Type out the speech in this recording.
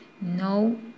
No